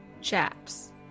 chaps